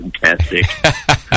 Fantastic